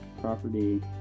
property